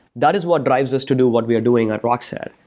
that is what drives us to do what we are doing at rockset.